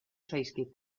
zaizkit